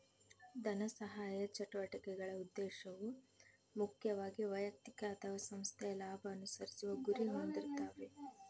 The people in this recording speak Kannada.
ಧನಸಹಾಯ ಚಟುವಟಿಕೆಗಳ ಉದ್ದೇಶವು ಮುಖ್ಯವಾಗಿ ವೈಯಕ್ತಿಕ ಅಥವಾ ಸಂಸ್ಥೆಯ ಲಾಭ ಅನುಸರಿಸುವ ಗುರಿ ಹೊಂದಿರ್ತಾವೆ